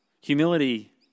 Humility